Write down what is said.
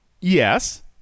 Yes